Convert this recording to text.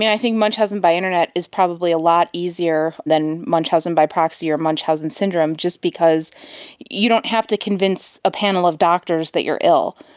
i think munchausen by internet is probably a lot easier than munchausen by proxy or munchausen syndrome, just because you don't have to convince a panel of doctors that you are ill.